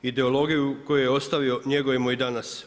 Ideologiju koju je ostavio njegujemo i danas.